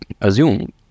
Assume